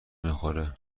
میخوره